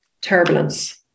turbulence